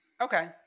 Okay